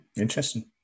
interesting